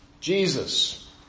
Jesus